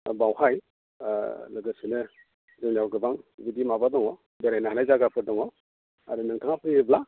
बेवहाय लोगोसेनो जोंनियाव गोबां बिदि माबा दङ बेरायनो हानाय जायगाफोर दङ आरो नोंथाङा फैयोब्ला